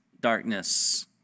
darkness